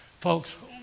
Folks